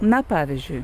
na pavyzdžiui